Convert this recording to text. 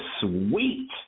sweet